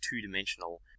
two-dimensional